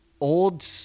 old